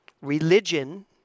religion